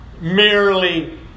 merely